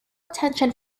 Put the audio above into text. attention